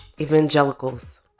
evangelicals